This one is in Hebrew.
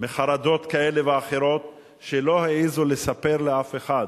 מחרדות כאלה ואחרות, ולא העזו לספר לאף אחד,